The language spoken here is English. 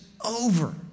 over